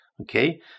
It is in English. Okay